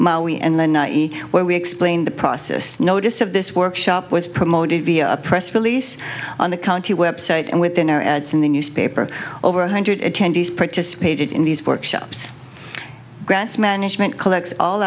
maui and one night where we explained the process notice of this workshop was promoted via a press release on the county website and within our ads in the newspaper over one hundred ten days participated in these workshops grants management collects all